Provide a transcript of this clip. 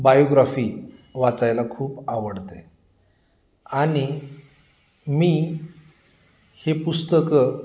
biography वाचायला खूप आवडते आणि मी हे पुस्तकं